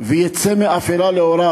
ויצא מאפלה לאורה,